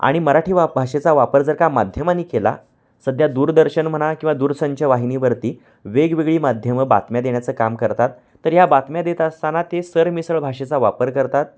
आणि मराठी वा भाषेचा वापर जर का माध्यमाने केला सध्या दूरदर्शन म्हणा किंवा दूरसंच वाहिनीवरती वेगवेगळी माध्यमं बातम्या देण्याचं काम करतात तर या बातम्या देत असताना ते सरमिसळ भाषेचा वापर करतात